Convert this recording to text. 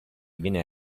viene